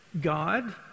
God